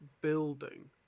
building